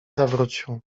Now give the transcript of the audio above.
zawrócił